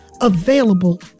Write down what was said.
available